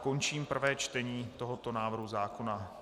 Končím prvé čtení tohoto návrhu zákona.